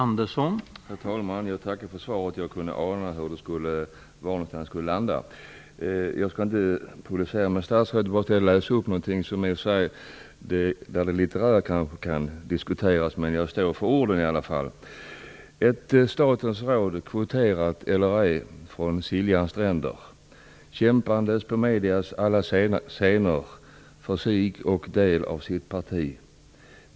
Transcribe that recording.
Herr talman! Jag tackar för svaret, och jag kunde ana ungefär hur det skulle låta. Jag skall inte polemisera mot statsrådet. Jag vill dock läsa upp ett litet alster vars litterära kvaliteter kanske kan diskuteras, men där jag i alla fall står för orden. Ett statens råd, kvoterat eller ej, från Siljans stränder, kämpandes på medias alla scener för sig och del av sitt parti.